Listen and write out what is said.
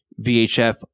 VHF